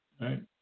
Right